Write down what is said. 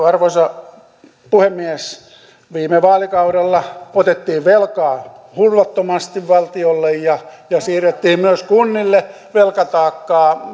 arvoisa puhemies viime vaalikaudella otettiin velkaa hulvattomasti valtiolle ja ja siirrettiin myös kunnille velkataakkaa